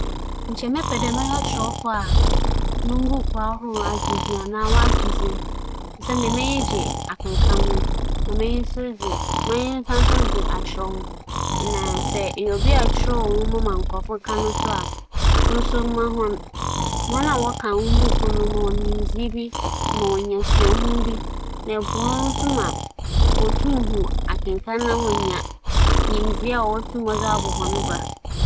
Sɛ meyɛ sene twanyi na obiara nyim me na minnyi sika a, munnhu mfaso biara a ͻwͻ do. Ntsi sɛ mebɛyɛ ͻkyerɛwfo bi na mo ho atͻ me a, anaa meenya moho yie a, ͻno mebɛpɛ akyɛn dɛ nkorͻfo bohum. Nkorͻfo hum a ͻmmfa sika mberɛ me, mo wͻ me sika na meenya moho a, adze biara mepɛ dɛ meyɛ biara mutum meyɛ na m'asetsena so kͻ yie ma me, dɛm ntsi mebɛpɛ dɛ mebɛyɛ ͻkyerɛwfo a moho tͻ me anaa meenya sika.